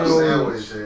sandwich